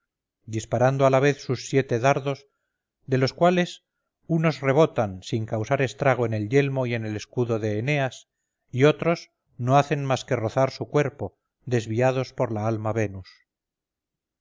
disparando a la vez sus siete dardos de los cuales unos rebotan sin causar estrago en el yelmo y en el escudo de eneas y otros no hacen más que rozar su cuerpo desviados por la alma venus